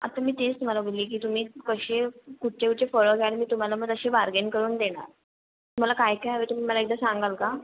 आता मी तेच तुम्हाला बोलली की तुम्ही कसे कुठचे कुठचे फळं घ्याल मी तुम्हाला मग तसे बार्गेन करून देणार तुम्हाला काय काय हवं आहे तुम्ही मला एकदा सांगाल का